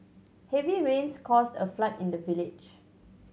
heavy rains caused a flood in the village